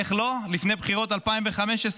ואיך לא, לפני הבחירות של 2015,